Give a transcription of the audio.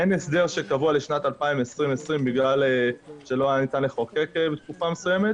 אין הסדר שקבוע בגלל שלא תקופה מסוימת.